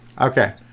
Okay